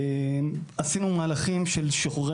עשינו מהלכים של שחרורי